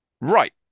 Right